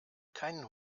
keinen